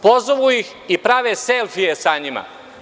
Pozovu ih i prave „selfije“ sa njima.